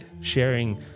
sharing